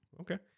okay